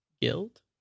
guild